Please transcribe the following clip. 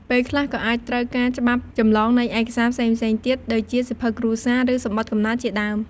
ពេលខ្លះក៏អាចត្រូវការច្បាប់ចម្លងនៃឯកសារផ្សេងៗទៀត ដូចជាសៀវភៅគ្រួសារ ឬសំបុត្រកំណើតជាដើម។